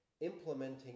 Implementing